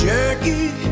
Jackie